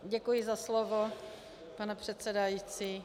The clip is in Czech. Děkuji za slovo, pane předsedající.